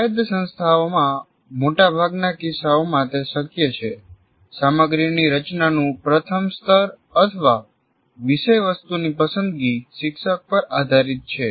સ્વાયત્ત સંસ્થાઓમાં મોટાભાગના કિસ્સાઓમાં તે શક્ય છે સામગ્રીની રચનાનું પ્રથમ સ્તર અથવા વિષયવસ્તુની પસંદગી શિક્ષક પર આધારિત છે